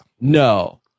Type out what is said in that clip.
No